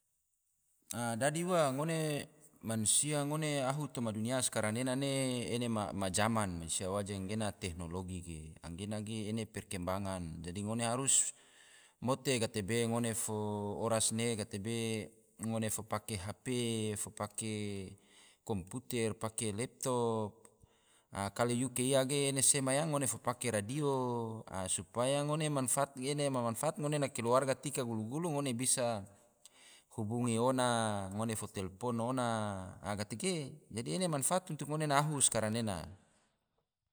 A dadi ua, ngone mansia ngone ahu toma dunia skarang nena ne, ena ma zaman mansia waje gena teknologi, anggena ge ene perkembangan dadi ngone harus mote gatebe ngone fo oras ne gatebe ngone fo pake hp, pake komputer, pake leptop, a kalo yuke ia ge ena sema yang ngone fo pake radio, a supaya ngone manfaat ge ene ma manfaat ngone na keluarga tika gulu-gulu ngone bisa hubungi ona, ngone fo telpon ona. a gatege. tege ena manfaat untuk ngone na ahu skarang nena